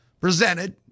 presented